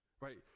right